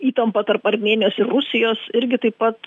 įtampa tarp armėnijos ir rusijos irgi taip pat